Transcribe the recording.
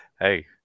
Hey